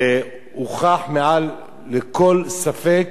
והוכח מעל לכל ספק